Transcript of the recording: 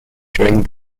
during